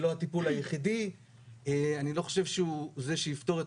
זה לא הטיפול היחיד ואני לא חושב שהוא זה שיפתור את